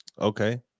Okay